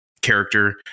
character